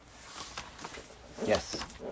yes